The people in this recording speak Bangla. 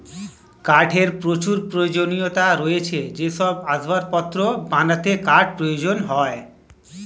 কাঠের প্রচুর প্রয়োজনীয়তা রয়েছে যেমন আসবাবপত্র বানাতে কাঠ প্রয়োজন হয়